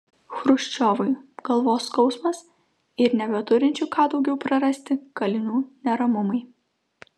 chruščiovui galvos skausmas ir nebeturinčių ką daugiau prarasti kalinių neramumai